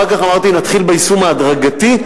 אחר כך אמרתי: נתחיל ביישום ההדרגתי,